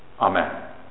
Amen